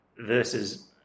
versus